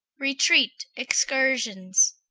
retreat. excursions.